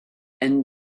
and